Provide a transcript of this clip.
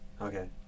Okay